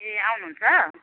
ए आउनु हुन्छ